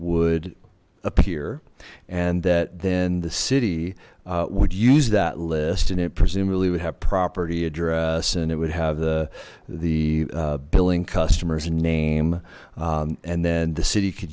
would appear and that then the city would use that list and it presumably would have property address and it would have the the billing customers name and then the city c